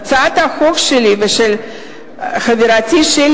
הצעת החוק שלי ושל חברתי שלי